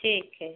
ठीक है